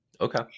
Okay